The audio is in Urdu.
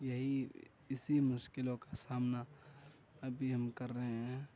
یہی اسی مشکلوں کا سامنا ابھی ہم کر رہے ہیں